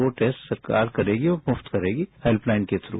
वो टेस्ट सरकार करेगी और मुफ्त करेगी हैल्पलाइनके थ्रू